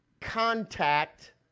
contact